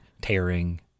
tearing